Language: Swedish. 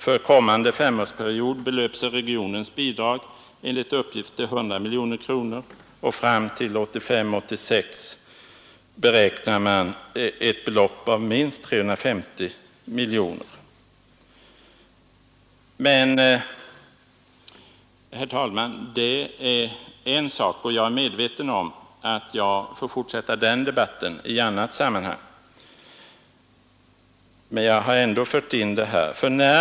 För den kommande femårsperioden belöper sig regionens bidrag enligt uppgift till 100 miljoner kronor, och fram till 1985—1986 beräknar man att beloppet skall utgöra minst 350 miljoner kronor. Men, herr talman, detta är en sak för sig, och jag är medveten om att jag får fortsätta den debatten i annat sammanhang. Men jag har ändå velat nämna den här aspekten.